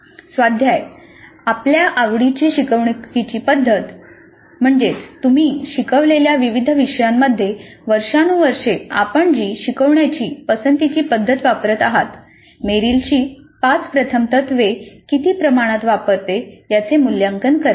स्वाध्याय आपल्या आवडीची शिकवणुकीची पद्धत मेरिलची पाच प्रथम तत्त्वे किती प्रमाणात वापरते याचे मूल्यांकन करा